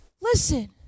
Listen